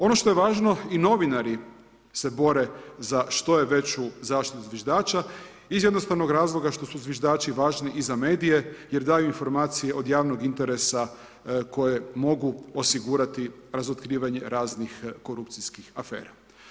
Ono što je važno, i novinari se bore za što je veću zaštitu zviždača iz jednostavnog razloga što su zviždači važni i za medije jer daju informacije od javnog interesa koje mogu osigurati razotkrivanje raznih korupcijskih afera.